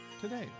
today